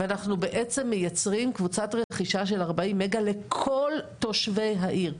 אנחנו בעצם מייצרים קבוצת רכישה של 40 מגה לכל תושבי העיר.